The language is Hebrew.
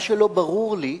מה שלא ברור לי,